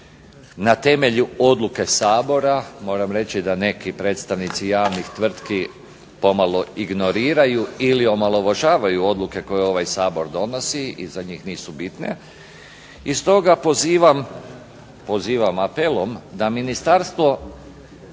na temelju odluke Sabora. Moram reći da neki predstavnici javnih tvrtki pomalo ignoriraju ili omalovažavaju odluke koje ovaj Sabor donosi i za njih nisu bitne. I stoga pozivam apelom da ministarstvo